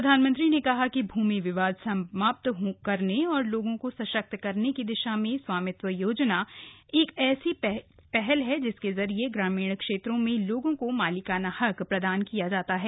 प्रधानमंत्री ने कहा कि भूमि विवाद समाप्त करने और लोगों को सशक्त करने की दिशा में स्वामित्व योजना एक ऐसी ही पहल है जिसके जरिए ग्रामीण क्षेत्रों में लोगों को मालिकाना हक प्रदान किया जाता है